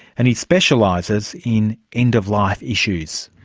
and he specialises in end-of-life issues.